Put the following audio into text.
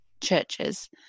churches